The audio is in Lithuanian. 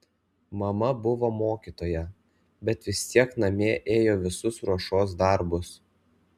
mama buvo mokytoja bet vis tiek namie ėjo visus ruošos darbus